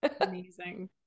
Amazing